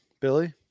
Billy